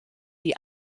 die